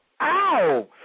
Ow